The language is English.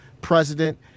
president